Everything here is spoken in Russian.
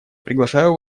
приглашаю